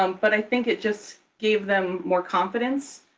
um but i think it just gave them more confidence,